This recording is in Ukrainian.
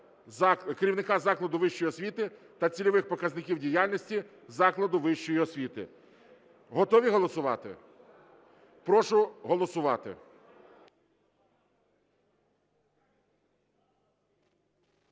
керівника закладу вищої освіти та цільових показників діяльності закладу вищої освіти. Готові голосувати? Прошу голосувати.